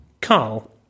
Carl